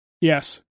Yes